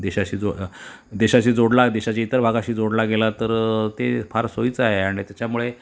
देशाशी जो देशाशी जोडला देशाच्या इतर भागाशी जोडला गेला तर ते फार सोयीचा आहे आणि त्याच्यामुळे